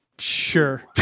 sure